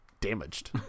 damaged